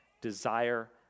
desire